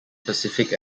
specific